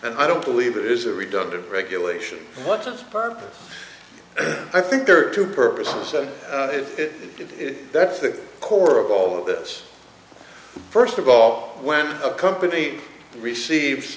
and i don't believe that is a redundant regulation but i think there are two purposes to it that's the core of all of this first of all when a company receive